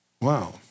Wow